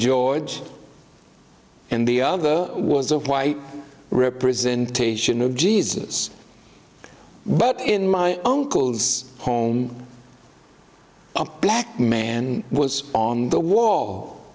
george and the other was a white representation of jesus but in my own calls home black man was on the wall